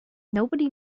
nobody